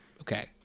Okay